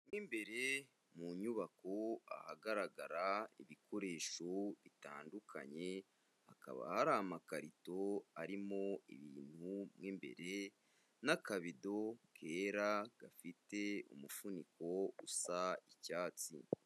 Mo imbere mu nyubako ahagaragara ibikoresho bitandukanye, hakaba hari amakarito arimo ibintu mo imbere n'akabido kera gafite umufuniko usa icyatsi.